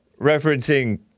referencing